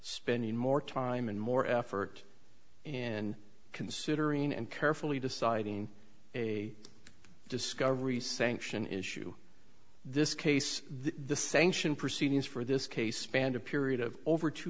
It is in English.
spending more time and more effort in considering and carefully deciding a discovery sanction issue this case the sanction proceedings for this case spanned a period of over two